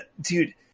dude